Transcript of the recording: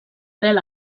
rel